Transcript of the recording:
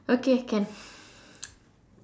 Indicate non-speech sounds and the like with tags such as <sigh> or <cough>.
okay can <noise>